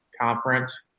conference